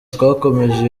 twakomeje